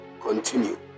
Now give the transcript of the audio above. continue